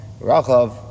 Rachav